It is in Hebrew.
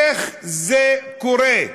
איך זה קורה?